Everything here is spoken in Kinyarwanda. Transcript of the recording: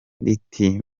iti